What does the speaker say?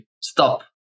stop